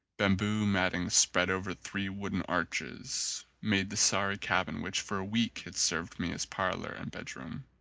bamboo matting spread over three wooden arches made the sorry cabin which for a week had served me as parlour and bedroom.